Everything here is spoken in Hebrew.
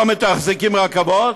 לא מתחזקים רכבות?